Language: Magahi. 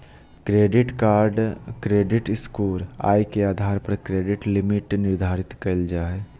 क्रेडिट कार्ड क्रेडिट स्कोर, आय के आधार पर क्रेडिट लिमिट निर्धारित कयल जा हइ